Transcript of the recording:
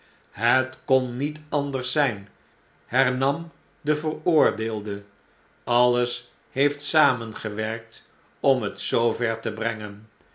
het kon niet anders zyn hernam de veroordeelde alles heeft samengewerkt om het zoover te brengen